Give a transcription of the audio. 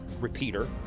repeater